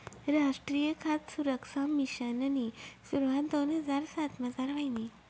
रासट्रीय खाद सुरक्सा मिशननी सुरवात दोन हजार सातमझार व्हयनी